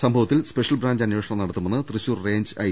സംഭവത്തിൽ special branch അന്വേഷണം നടത്തുമെന്ന് തൃശൂർറേഞ്ച് ഐ